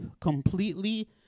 completely